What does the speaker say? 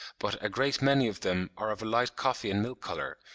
but a great many of them are of a light coffee-and-milk colour,